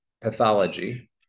pathology